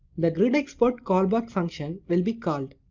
the grid export callback function will be called.